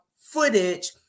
footage